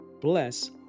bless